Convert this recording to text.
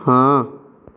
हां